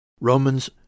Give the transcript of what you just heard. Romans